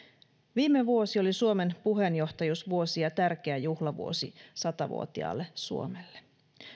viime vuosi oli suomen puheenjohtajuusvuosi ja tärkeä juhlavuosi sata vuotiaalle suomelle